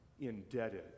indebted